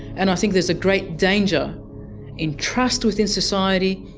and i think there's a great danger in trust within society,